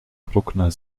bruckner